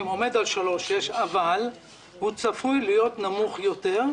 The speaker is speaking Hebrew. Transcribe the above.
עומד על 3.6% אבל הוא צפוי להיות נמוך יותר,